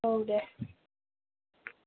औ दे